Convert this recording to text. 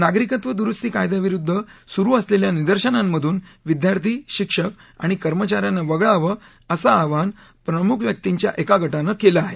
नागरिकत्व दुरुस्ती कायद्याविरुद्ध सुरु असलेल्या निदर्शनांमधून विद्यार्थी शिक्षक आणि कर्मचाऱ्यांना वगळावं असं आवाहन प्रमुख व्यर्तींच्या एका गटानं केलं आहे